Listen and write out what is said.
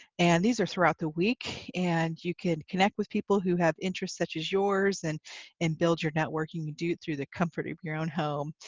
and these are throughout the week, and you could connect with people who have interests such as yours, and and build your network. you can do it through the comfort of your own home.